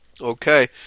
Okay